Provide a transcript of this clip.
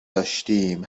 داشتیم